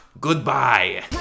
Goodbye